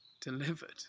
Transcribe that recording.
delivered